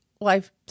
life